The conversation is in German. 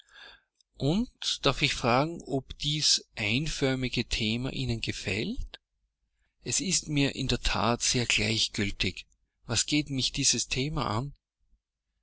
und darf ich fragen ob dies einförmige thema ihnen gefällt es ist mir in der that sehr gleichgiltig was geht mich dieses thema an